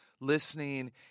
listening